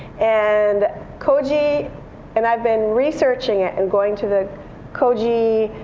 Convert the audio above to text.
and koji and i've been researching it and going to the koji